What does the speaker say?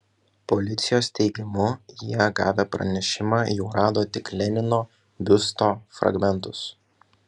policijos teigimu jie gavę pranešimą jau rado tik lenino biusto fragmentus